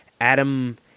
Adam